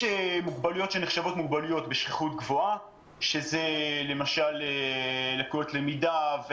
יש מוגבלויות שנחשבות למוגבלויות בשכיחות גבוהה - אם זה לקויות למידה,